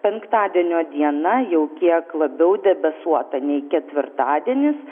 penktadienio diena jau kiek labiau debesuota nei ketvirtadienis